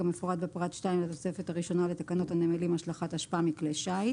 כמפורט בפרט (2) לתוספת הראשונה לתקנות הנמלים השלכת אשפה מכלי שיט.